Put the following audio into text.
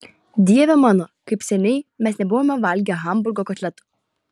dieve mano kaip seniai mes nebuvome valgę hamburgo kotletų